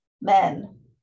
men